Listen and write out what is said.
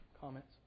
comments